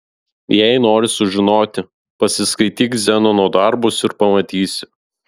jei nori sužinoti pasiskaityk zenono darbus ir pamatysi